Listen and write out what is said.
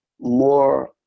more